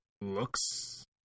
looks